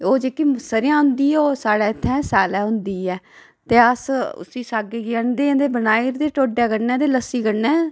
ओह् जेह्की स'रेआं होंदी ऐ ओह् स्हाड़े इत्थै स्यालै होंदी ऐ ते अस उसी सागे गी आनदे ते बनाई ओड़दे ढोड्डे कन्नै ते लस्सी कन्नै